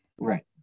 right